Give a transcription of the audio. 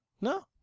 No